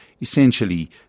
essentially